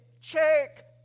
check